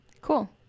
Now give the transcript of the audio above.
Cool